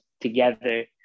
together